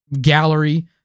gallery